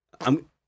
I'm-